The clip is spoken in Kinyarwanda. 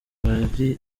abari